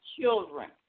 children